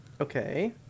Okay